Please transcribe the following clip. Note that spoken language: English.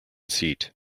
seat